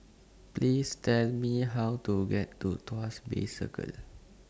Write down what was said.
Please Tell Me How to get to Tuas Bay Circle